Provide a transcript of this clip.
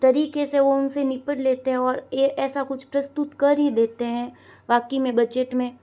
तरीके से निपट लेते हैं और ये ऐसा कुछ प्रस्तुत कर ही देते हैं बाकी में बजट में